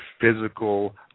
physical